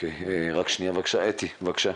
אתי בבקשה.